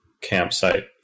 campsite